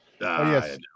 Yes